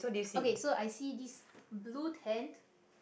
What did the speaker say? okay so i see this blue tent